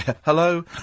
Hello